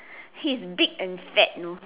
he's big and fat know